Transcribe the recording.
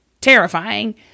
terrifying